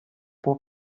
può